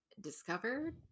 discovered